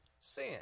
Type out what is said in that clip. sin